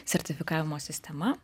sertifikavimo sistema